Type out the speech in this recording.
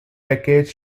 decades